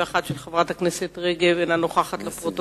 חברת הכנסת חנין זועבי שאלה את שר הפנים